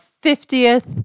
fiftieth